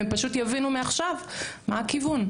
הם פשוט יבינו מעכשיו מה הכיוון.